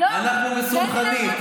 אנחנו מסונכרנים.